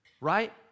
Right